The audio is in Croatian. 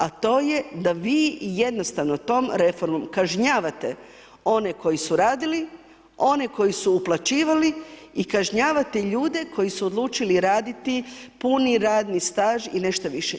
A to je da vi jednostavno tom reformom kažnjavate one koji radili, one koji su uplaćivali i kažnjavate ljude koji su odlučili raditi puni radni staž i nešto više.